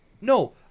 No